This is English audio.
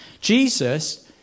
Jesus